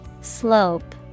Slope